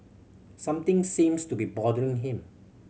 something seems to be bothering him